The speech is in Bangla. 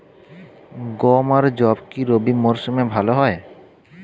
গম আর যব কি রবি মরশুমে ভালো হয়?